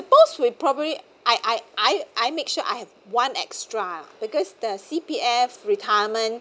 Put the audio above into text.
suppose we probably I I I I make sure I have one extra because the C_P_F retirement